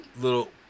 little